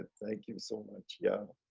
thank you so much. yeah.